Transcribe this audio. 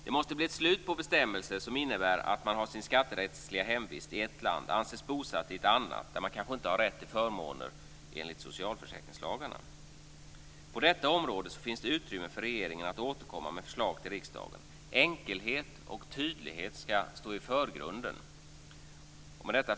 Det måste bli ett slut på bestämmelser som innebär att man har sin skatterättsliga hemvist i ett land, anses bosatt i ett annat där man kanske inte har rätt till förmåner enligt socialförsäkringslagarna. På detta område finns det utrymme för regeringen att återkomma med förslag till riksdagen. Enkelhet och tydlighet ska stå i förgrunden. Fru talman!